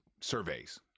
Surveys